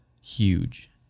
huge